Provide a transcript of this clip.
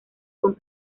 con